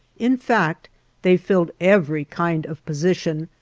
in fact they filled every kind of position,